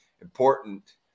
important